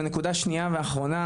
ונקודה שניה ואחרונה,